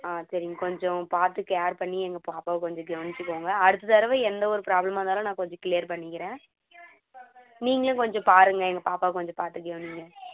ஆ சரிங்க கொஞ்சம் பார்த்து கேர் பண்ணி எங்கள் பாப்பாவை கொஞ்சம் கவனிச்சுக்கோங்க அடுத்த தடவை எந்த ஒரு ப்ராபளமாக இருந்தாலும் நான் கொஞ்சம் க்ளியர் பண்ணிக்கிறேன் நீங்களும் கொஞ்சம் பாருங்கள் எங்கள் பாப்பாவை கொஞ்சம் பார்த்து கவனியுங்க